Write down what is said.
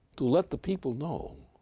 to let the people know,